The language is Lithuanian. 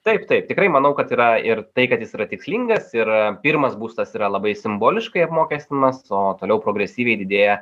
taip taip tikrai manau kad yra ir tai kad jis yra tikslingas ir pirmas būstas yra labai simboliškai apmokestinamas o toliau progresyviai didėja